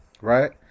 right